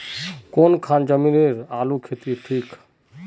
कौन खान जमीन आलूर केते ठिक?